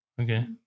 Okay